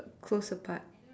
close apart